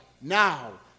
now